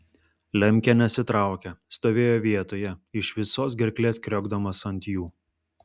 lemkė nesitraukė stovėjo vietoje iš visos gerklės kriokdamas ant jų